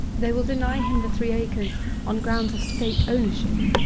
they will deny him the three acres on grounds of state ownership.